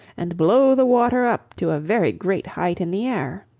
and blow the water up to a very great height in the air.